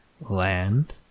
land